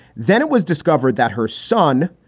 then it was discovered that her son,